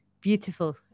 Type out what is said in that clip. Beautiful